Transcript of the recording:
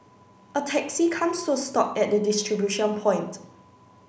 a taxi comes to a stop at the distribution point